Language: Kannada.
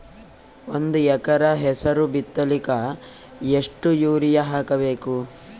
ಒಂದ್ ಎಕರ ಹೆಸರು ಬಿತ್ತಲಿಕ ಎಷ್ಟು ಯೂರಿಯ ಹಾಕಬೇಕು?